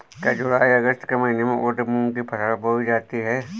क्या जूलाई अगस्त के महीने में उर्द मूंग की फसल बोई जाती है?